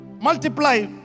Multiply